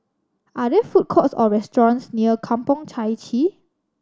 are there food courts or restaurants near Kampong Chai Chee